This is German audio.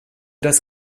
das